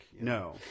No